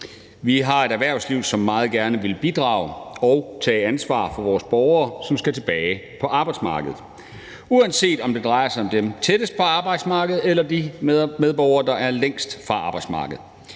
Vi har et erhvervsliv, som meget gerne vil bidrage og tage ansvar for vores borgere, som skal tilbage på arbejdsmarkedet, og det er, uanset om det drejer sig om dem tættest på arbejdsmarkedet eller om de medborgere, der er længst fra arbejdsmarkedet.